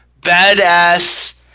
badass